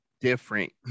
different